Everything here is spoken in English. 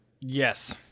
Yes